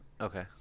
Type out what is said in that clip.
Okay